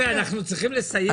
חבר'ה, אנחנו צריכים לסיים.